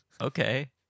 Okay